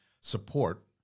support